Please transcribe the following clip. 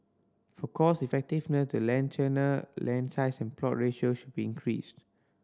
for cost effectiveness the land tenure land size and plot ratio should be increased